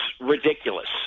ridiculous